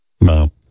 No